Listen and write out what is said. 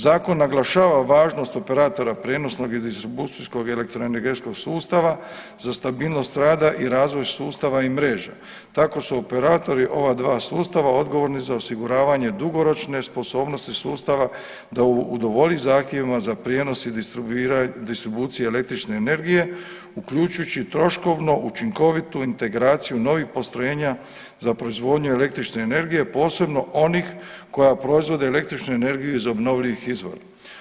Zakon naglašava važnost operatora prijenosnog i distribucijskog elektroenergetskog sustava, za stabilnost rada i razvoj sustava i mreža, tako su operatori ova dva sustava odgovorni za osiguravanje dugoročne sposobnosti sustava da udovolji zahtjevima za prijenos i distribuciju električne energije uključujući troškovno učinkovitu integraciju novih postrojenja za proizvodnju električne energije, posebno onih koja proizvode električnu energiju iz obnovljivih izvora.